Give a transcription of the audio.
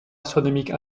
astronomique